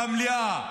במליאה,